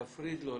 להפריד לו,